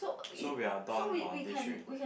so we are done on this already